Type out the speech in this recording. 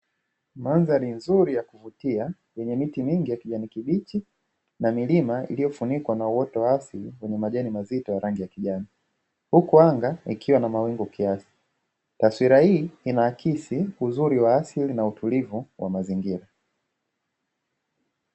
Mandhari nzuri ya kuvutia yenye miti mingi ya kijani kibichi na milima iliyofunikwa na uoto wa asili wenye majina mazito ya rangi ya kijani huku anga ikiwa na mawingu kiasi, taswira hii inaakisi uzuri wa asili na utulivu wa mazingira.